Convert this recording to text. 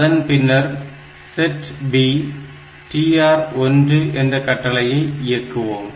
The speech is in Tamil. அதன் பின்னர் setB TR1 என்ற கட்டளையை இயக்குவோம்